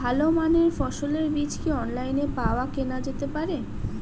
ভালো মানের ফসলের বীজ কি অনলাইনে পাওয়া কেনা যেতে পারে?